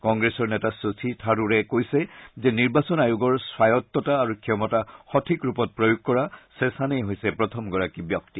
কংগ্ৰেছৰ নেতা শশী থাৰুৰে কৈছে যে নিৰ্বাচন আয়োগৰ স্বায়ত্বতা আৰু ক্ষমতা সঠিক ৰূপত প্ৰয়োগ কৰা শেখানেই হৈছে প্ৰথমগৰাকী ব্যক্তি